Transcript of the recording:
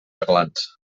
aglans